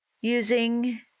using